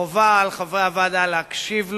חובה על חברי הוועדה להקשיב לו,